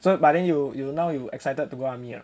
so but then you you now you excited to go army ah